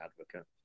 advocate